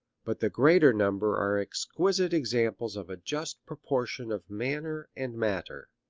but the greater number are exquisite examples of a just proportion of manner and matter,